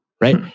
right